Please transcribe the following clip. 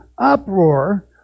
uproar